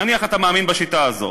נניח שאתה מאמין בשיטה הזו,